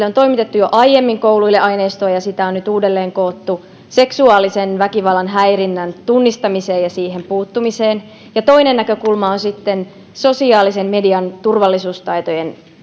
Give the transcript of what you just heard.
on toimitettu jo aiemmin aineistoa ja sitä on nyt uudelleen koottu seksuaalisen väkivallan häirinnän tunnistamiseksi ja siihen puuttumiseksi ja toinen näkökulma on sitten sosiaalisen median turvallisuustaitojen